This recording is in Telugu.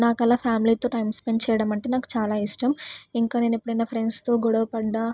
నాకు అలా ఫ్యామిలీతో టైమ్ స్పెండ్ చెయ్యడం అంటే నాకు చాలా ఇష్టం ఇంకా నేను ఎప్పుడన్నా ఫ్రెండ్స్తో గొడవపడ్డా